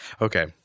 Okay